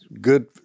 good